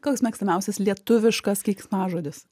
koks mėgstamiausias lietuviškas keiksmažodis